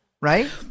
right